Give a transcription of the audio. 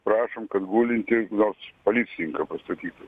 prašom kad gulintį nors policininką pastatytų